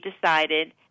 decided